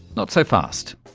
not so fast.